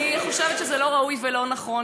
חושבת שזה לא ראוי ולא נכון,